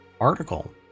article